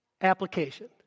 Application